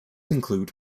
include